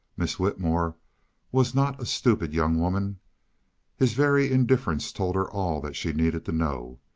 miss whitmore was not a stupid young woman his very indifference told her all that she needed to know.